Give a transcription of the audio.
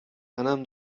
منم